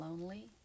lonely